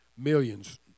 Millions